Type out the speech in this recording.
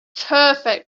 perfect